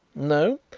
no.